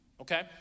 okay